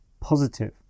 positive